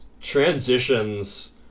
transitions